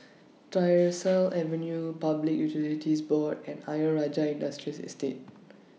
Tyersall Avenue Public Utilities Board and Ayer Rajah Industrial Estate